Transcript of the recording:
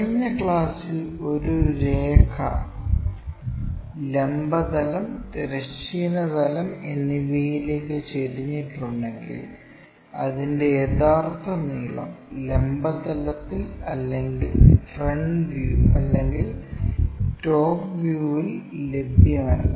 കഴിഞ്ഞ ക്ലാസുകളിൽ ഒരു രേഖ ലംബ തലം തിരശ്ചീന തലം എന്നിവയിലേക്ക് ചെരിഞ്ഞിട്ടുണ്ടെങ്കിൽ അതിൻറെ യഥാർത്ഥ നീളം ലംബ തലത്തിൽ അല്ലെങ്കിൽ ഫ്രണ്ട് വ്യൂ അല്ലെങ്കിൽ ടോപ് വ്യൂവിൽ ലഭ്യമല്ല